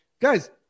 guys